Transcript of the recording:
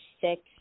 six